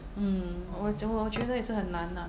mm 我我觉得也是很难 lah